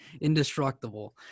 indestructible